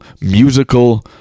musical